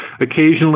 occasionally